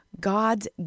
God's